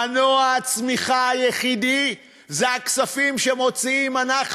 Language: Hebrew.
מנוע הצמיחה היחיד הוא הכספים שמוציאים אנחנו,